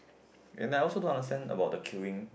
and I don't understand about the queuing